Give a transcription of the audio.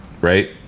right